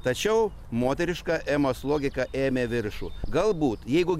tačiau moteriška emos logika ėmė viršų galbūt jeigu